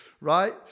right